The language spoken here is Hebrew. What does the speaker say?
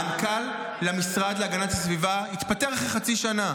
מנכ"ל משרד להגנת הסביבה התפטר אחרי חצי שנה,